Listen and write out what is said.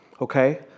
okay